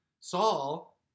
Saul